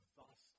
Thus